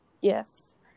Yes